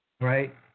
Right